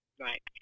right